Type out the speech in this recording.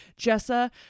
Jessa